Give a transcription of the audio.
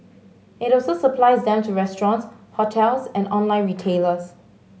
it also supplies them to restaurants hotels and online retailers